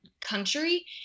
country